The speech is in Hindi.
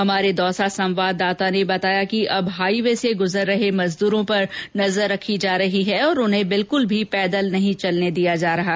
हमारे दौसा संवाददाता ने बताया कि अब हाईवे से गुजर रहे मजदूरों पर नजर रखी जा रही है और उन्हें बिल्कुल भी पैदल चलने नहीं दिया जा रहा है